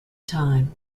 time